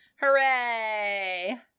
Hooray